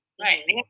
Right